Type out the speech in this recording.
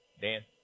Dan